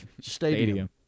stadium